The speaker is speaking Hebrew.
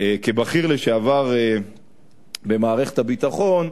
כבכיר לשעבר במערכת הביטחון,